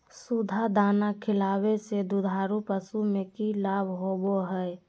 सुधा दाना खिलावे से दुधारू पशु में कि लाभ होबो हय?